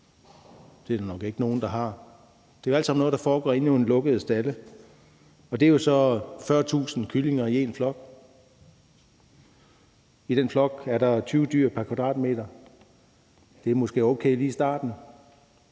Det er der nok ikke nogen der har. Det er alt sammen noget, der foregår inde i nogle lukkede stalde, og der er der jo så 40.000 kyllinger i en flok. I den flok er der 20 dyr pr. kvadratmeter. Det er måske okay lige i starten,